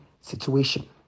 situation